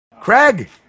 craig